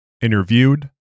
Interviewed